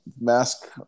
mask